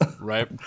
Right